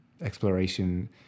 exploration